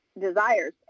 desires